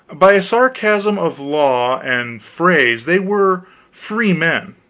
by a sarcasm of law and phrase they were freemen.